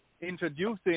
introducing